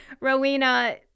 Rowena